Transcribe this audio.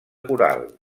coral